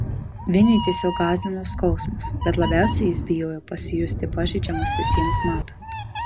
vinį tiesiog gąsdino skausmas bet labiausiai jis bijojo pasijusti pažeidžiamas visiems matant